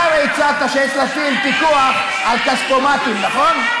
אתה הרי הצעת שיש להטיל פיקוח על כספומטים, נכון?